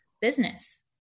business